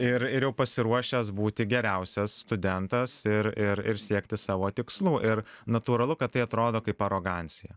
ir ir jau pasiruošęs būti geriausias studentas ir ir siekti savo tikslų ir natūralu kad tai atrodo kaip arogancija